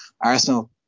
Arsenal